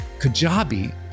Kajabi